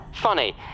Funny